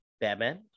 Batman